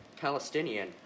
Palestinian